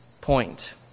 point